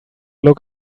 look